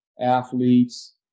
athletes